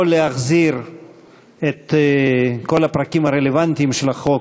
או להחזיר את כל הפרקים הרלוונטיים של החוק,